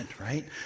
right